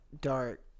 dark